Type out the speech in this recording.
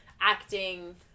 acting